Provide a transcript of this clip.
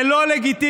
זה לא לגיטימי,